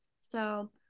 So-